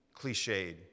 cliched